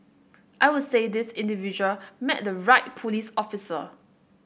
I would say this individual met the right police officer